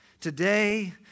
Today